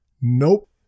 Nope